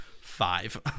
five